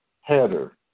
header